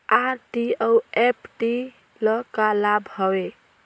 RD अऊ FD ल का लाभ हवे?